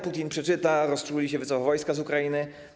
Putin przeczyta, rozczuli się i wycofa wojska z Ukrainy?